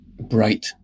bright